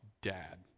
dad